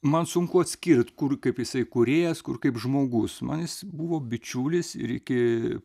man sunku atskirt kur kaip jisai kūrėjas kur kaip žmogus man jis buvo bičiulis ir iki